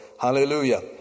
Hallelujah